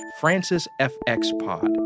francisfxpod